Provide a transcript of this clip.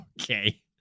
Okay